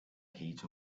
heat